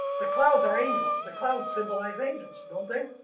the clouds are angels the clouds symbolize angels don't they?